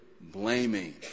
blaming